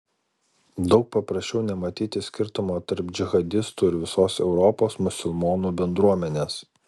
daug paprasčiau nematyti skirtumo tarp džihadistų ir visos europos musulmonų bendruomenės